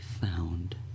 found